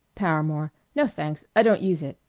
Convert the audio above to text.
paramore no, thanks. i don't use it.